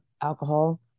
alcohol